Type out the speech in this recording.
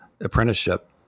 apprenticeship